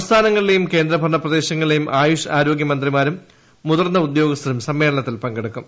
സംസ്ഥാനങ്ങളിലെയും കേന്ദ്ര ഭരണ പ്രദേശങ്ങളിലെയും ആയുഷ് ആരോഗൃ മന്ത്രിമാരും മുതിർന്ന ഉദ്യോഗസ്ഥരും സമ്മേളനത്തിൽ പങ്കെടുക്കും